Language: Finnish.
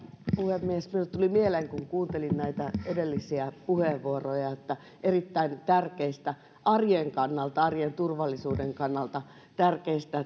puhemies minulle tuli mieleen kun kuuntelin näitä edellisiä puheenvuoroja että erittäin tärkeistä arjen kannalta arjen turvallisuuden kannalta